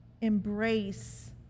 embrace